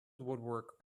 woodwork